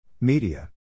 Media